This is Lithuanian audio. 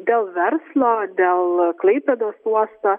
dėl verslo dėl klaipėdos uosto